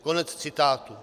Konec citátu.